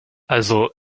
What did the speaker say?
also